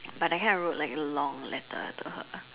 but I kinda wrote like a long letter to her